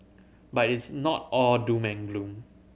but it's not all doom and gloom